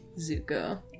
Zuko